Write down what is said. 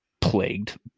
plagued